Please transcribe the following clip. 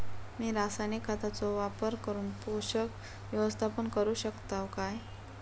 मी रासायनिक खतांचो वापर करून पोषक व्यवस्थापन करू शकताव काय?